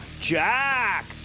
Jack